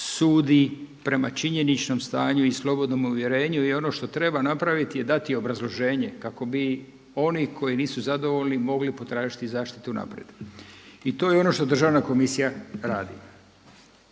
sudi prema činjeničnom stanju i slobodnom uvjerenju i ono što treba napraviti je dati obrazloženje kako bi oni koji nisu zadovoljni mogli potražiti zaštitu unaprijed. I to je ono što Državna komisija radi.